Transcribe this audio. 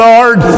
Lord